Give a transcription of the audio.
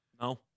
No